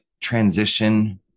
Transition